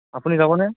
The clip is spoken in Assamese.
আপুনি যাবনে